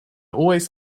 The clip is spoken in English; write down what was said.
always